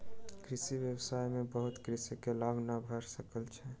कृषि व्यवसाय में बहुत कृषक के लाभ नै भ रहल छैन